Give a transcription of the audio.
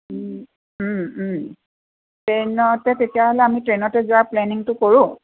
ট্ৰেইনতে ট্ৰেইনতে তেতিয়াহ'লে আমি ট্ৰেইনতে যোৱাৰ প্লেনিঙটো কৰোঁ